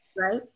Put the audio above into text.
Right